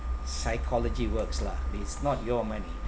psychology works lah it's not your money